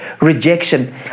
rejection